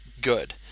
Good